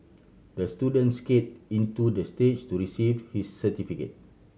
the student skate into the stage to receive his certificate